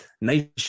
nation